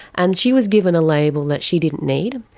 and she was given a label that she didn't need,